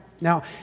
Now